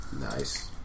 Nice